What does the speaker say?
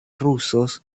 rusos